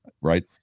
Right